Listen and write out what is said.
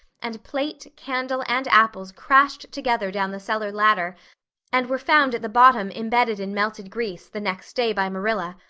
and plate, candle, and apples crashed together down the cellar ladder and were found at the bottom embedded in melted grease, the next day, by marilla,